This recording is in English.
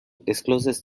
discloses